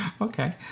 okay